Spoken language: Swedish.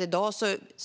I dag